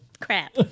crap